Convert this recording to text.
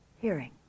hearing